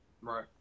right